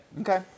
Okay